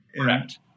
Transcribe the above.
correct